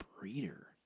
breeder